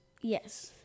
Yes